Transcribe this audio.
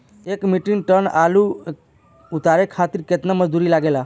एक metric ton आलू उतारे खातिर केतना मजदूरी लागेला?